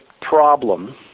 problem